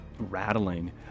rattling